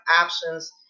options